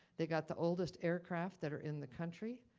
they got the oldest aircraft that are in the country.